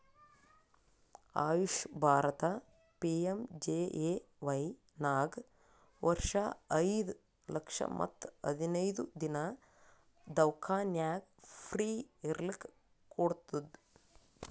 AYUSH Bharat PMJAY ನಾಗ್ ವರ್ಷ ಐಯ್ದ ಲಕ್ಷ ಮತ್ ಹದಿನೈದು ದಿನಾ ದವ್ಖಾನ್ಯಾಗ್ ಫ್ರೀ ಇರ್ಲಕ್ ಕೋಡ್ತುದ್